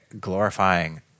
glorifying